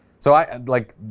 so i like,